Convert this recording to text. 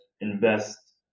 invest